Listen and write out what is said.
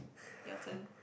your turn